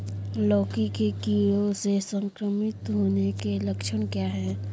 लौकी के कीड़ों से संक्रमित होने के लक्षण क्या हैं?